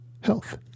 health